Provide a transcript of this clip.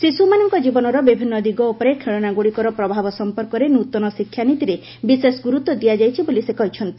ଶିଶୁମାନଙ୍କ ଜୀବନର ବିଭିନ୍ନ ଦିଗ ଉପରେ ଖେଳନା ଗୁଡ଼ିକର ପ୍ରଭାବ ସମ୍ପର୍କରେ ନୂତନ ଶିକ୍ଷାନୀତିରେ ବିଶେଷ ଗୁରୁତ୍ୱ ଦିଆଯାଇଛି ବୋଲି ସେ କହିଛନ୍ତି